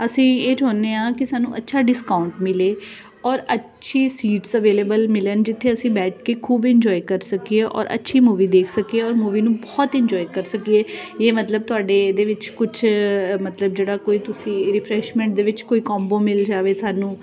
ਅਸੀਂ ਇਹ ਚਾਹੁੰਦੇ ਹਾਂ ਕਿ ਸਾਨੂੰ ਅੱਛਾ ਡਿਸਕਾਊਂਟ ਮਿਲੇ ਔਰ ਅੱਛੀ ਸੀਟਸ ਅਵੇਲੇਬਲ ਮਿਲਣ ਜਿੱਥੇ ਅਸੀਂ ਬੈਠ ਕੇ ਖੂਬ ਇੰਜੋਏ ਕਰ ਸਕੀਏ ਔਰ ਅੱਛੀ ਮੂਵੀ ਦੇਖ ਸਕੀਏ ਔਰ ਮੂਵੀ ਨੂੰ ਬਹੁਤ ਇੰਜੋਏ ਕਰ ਸਕੀਏ ਇਹ ਮਤਲਬ ਤੁਹਾਡੇ ਇਹਦੇ ਵਿੱਚ ਕੁਝ ਮਤਲਬ ਜਿਹੜਾ ਕੋਈ ਤੁਸੀਂ ਰਿਫਰੈਸ਼ਮੈਂਟ ਦੇ ਵਿੱਚ ਕੋਈ ਕੋਂਬੋ ਮਿਲ ਜਾਵੇ ਸਾਨੂੰ